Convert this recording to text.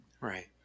Right